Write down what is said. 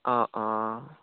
অঁ অঁ